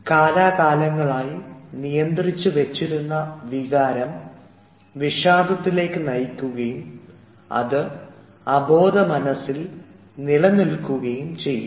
കാലാകാലങ്ങളായി നിയന്ത്രിച്ചു വെച്ചിരുന്ന വികാരം വിഷാദത്തിലേക്ക് നയിക്കുകയും അത് അബോധമനസ്സിൽ നിലനിൽക്കുകയും ചെയ്യും